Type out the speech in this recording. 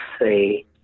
say